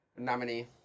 nominee